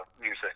music